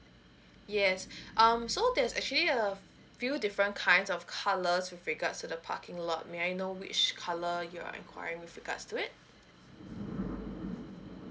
yes um so there is actually a few different kinds of colours with regards to the parking lot may I know which colour you're inquiring with regards to it